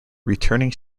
returning